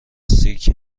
سیک